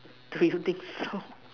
do we don't think so